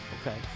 okay